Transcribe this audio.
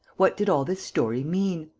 what did all this story mean?